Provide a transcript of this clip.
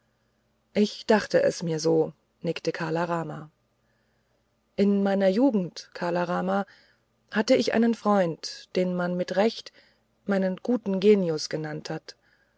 ich dachte mir es so nickte kala rama in meiner jugend kala rama hatte ich einen freund den man mit recht meinen guten genius genannt hat